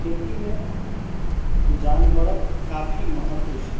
खेतीमे जानवरक काफी महत्व छै